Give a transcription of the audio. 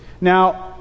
Now